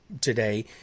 today